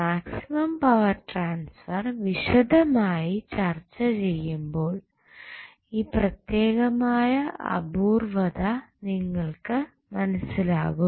maximum power transfer വിശദമായി ചർച്ച ചെയ്യുമ്പോൾ ഈ പ്രത്യേകമായ അപൂർവ്വത നിങ്ങൾക്കു മനസ്സിലാകും